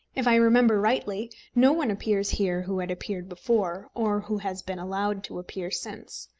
if i remember rightly, no one appears here who had appeared before or who has been allowed to appear since.